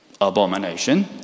abomination